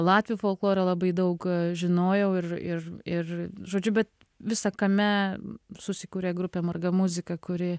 latvių folkloro labai daug žinojau ir ir ir žodžiu bet visa kame susikuria grupė marga muzika kuri